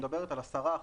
שמדברת על 10%,